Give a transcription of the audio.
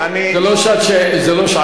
זה לא שעת שאלות.